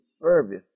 service